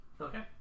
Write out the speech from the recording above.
okay